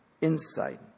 insight